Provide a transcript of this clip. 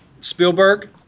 Spielberg